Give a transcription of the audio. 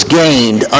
gained